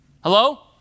Hello